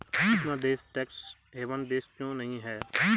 अपना देश tax haven देश क्यों नहीं है?